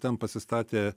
ten pasistatė